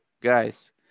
guys